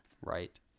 Right